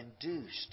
induced